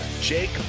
Jake